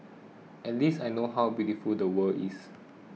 at least I know how beautiful the world is